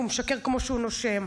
כי הוא משקר כמו שהוא נושם.